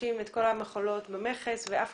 החדשים ואת כל המכולות במכס ובשבועות האחרונים